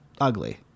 ugly